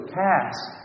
cast